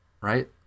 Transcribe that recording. right